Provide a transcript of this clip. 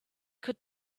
could